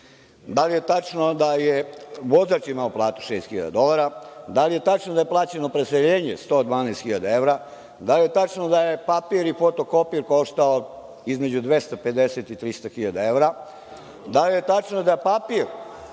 da li je tačno da je vozač imao šest hiljada dolara? Da li je tačno da je plaćeno preseljenje 112 hiljada evra? Da li je tačno da je papir i fotokopir koštao između 250 i 300 hiljada evra? Da li je tačno da je papir